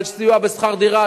על סיוע בשכר דירה,